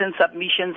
submissions